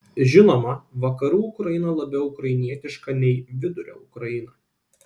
žinoma vakarų ukraina labiau ukrainietiška nei vidurio ukraina